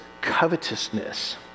covetousness